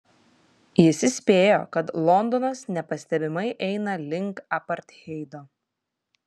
jis įspėjo kad londonas nepastebimai eina link apartheido